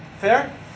Fair